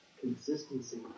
Consistency